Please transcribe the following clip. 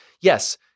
yes